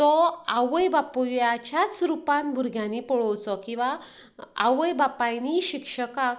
तो आवय बापूय ह्याच्याच रुपान भुरग्यांनी पळोवचो किंवां आवय बापायनीय शिक्षकाक